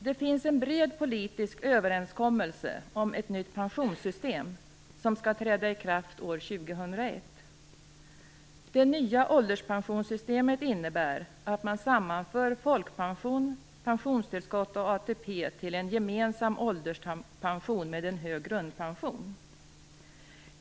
Det finns en bred politisk överenskommelse om ett nytt pensionssystem som skall träda i kraft år 2001. Det nya ålderspensionssystemet innebär att man sammanför folkpension, pensionstillskott och ATP till en gemensam ålderspension med en hög grundpension.